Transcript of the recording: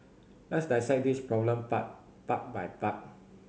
let's dissect this problem part part by part